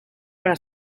para